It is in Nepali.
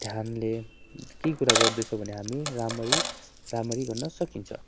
ध्यानले केही कुरा गर्दैछौँ भने हामी राम्ररी राम्ररी गर्न सकिन्छ